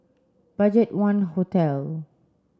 BudgetOne Hotel